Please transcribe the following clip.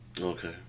Okay